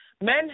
Men